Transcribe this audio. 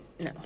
No